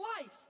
life